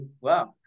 wow